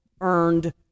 earned